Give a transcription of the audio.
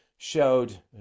showed